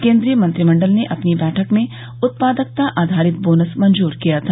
केन्द्रीय मंत्रिमंडल ने अपनी बैठक में उत्पादकता आधारित बोनस मंजूर किया था